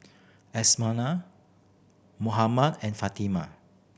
Amsyar Muhammad and Fatimah